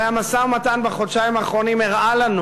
הרי המשא-ומתן בחודשיים האחרונים הראה לנו